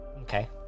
Okay